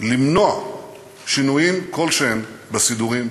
למנוע שינויים כלשהם בסידורים.